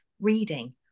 reading